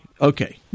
Okay